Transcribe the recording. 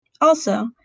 Also